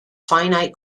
finite